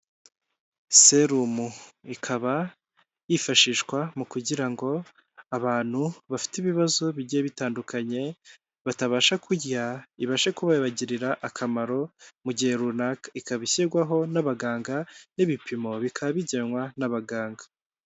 Serumu ikaba yifashishwa mu kugira ngo abantu bafite ibibazo bigiye bitandukanye batabasha kurya, ibashe kubabagirira akamaro mu gihe runaka, ikaba ishyirwaho n'abaganga n'ibipimo bikaba bigenwa n'abaganga.